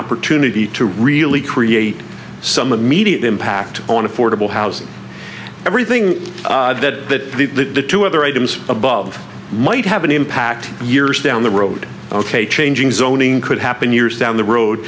opportunity to really create some immediate impact on affordable housing everything that the the two other items above might have an impact years down the road ok changing zoning could happen years down the road